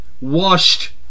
Washed